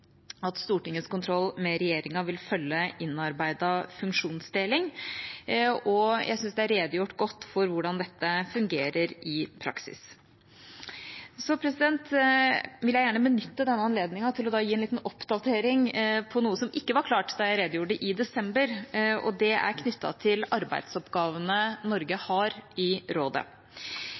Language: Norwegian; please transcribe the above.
at Stortingets kontroll med regjeringa vil følge innarbeidet funksjonsdeling, og jeg syns det er redegjort godt for hvordan dette fungerer i praksis. Jeg vil gjerne benytte denne anledningen til å gi en liten oppdatering om noe som ikke var klart da jeg redegjorde i desember. Det er knyttet til arbeidsoppgavene Norge har i rådet.